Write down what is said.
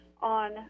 on